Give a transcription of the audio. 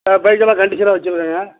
ஆ பைக்கெல்லாம் கண்டிஷனாக வைச்சுருக்கங்க